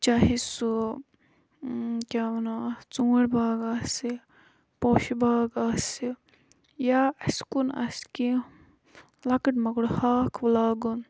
چاہے سُہ کیاہ وَنو اتھ ژونٛٹھۍ باغ آسہِ پوشہِ باغ آسہِ یا اَسہِ کُن آسہِ کینٛہہ لۄکُٹ مَکُٹ ہاکھ لاگُن